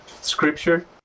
scripture